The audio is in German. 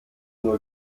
nur